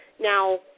Now